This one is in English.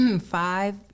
five